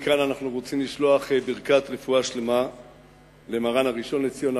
מכאן אנחנו רוצים לשלוח ברכת רפואה שלמה למרן הראשון לציון,